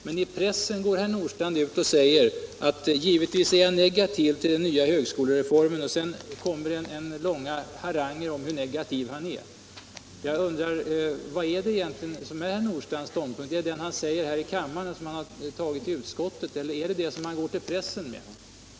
Men i pressen går herr Nordstrandh ut och säger att han givetvis är negativ till den nya högskolereformen. Sedan kommer långa haranger om hur negativ han är. Vilken är egentligen herr Nordstrandhs ståndpunkt? Är det den han anger här i kammaren, och den han tagit i utskottet eller den som han går ut till pressen med?